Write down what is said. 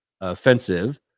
offensive